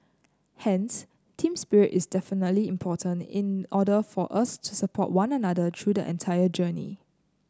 hence team spirit is definitely important in order for us to support one another through the entire journey